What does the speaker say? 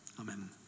Amen